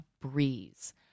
breeze